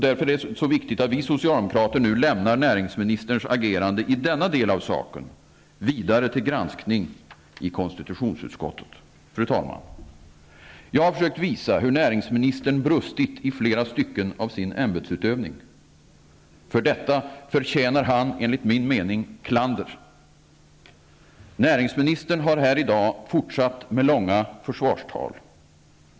Därför är det så viktigt att vi socialdemokrater nu lämnar näringsministerns agerande i denna del av saken vidare till granskning i konstitutionsutskottet. Fru talman! Jag har försökt visa hur näringsministern brustit i flera stycken av sin ämbetsutövning. För detta förtjänar han enligt min mening klander. Näringsministern har här i dag fortsatt med långa försvarstal.